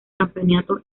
campeonato